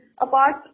apart